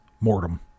mortem